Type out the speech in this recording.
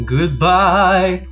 Goodbye